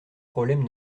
problèmes